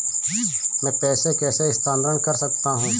मैं पैसे कैसे स्थानांतरण कर सकता हूँ?